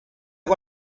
con